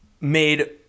made